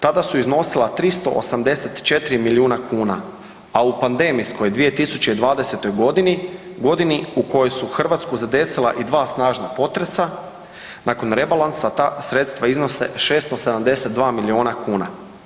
Tada su iznosila 384 milijuna kuna, a u pandemijskom 2020. godini, godinu u kojoj su Hrvatsku zadesila i 2 snažna potresa nakon rebalansa ta sredstva iznose 672 miliona kuna.